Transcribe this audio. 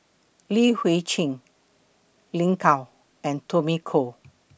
Li Hui Cheng Lin Gao and Tommy Koh